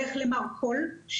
לפרוטוקול.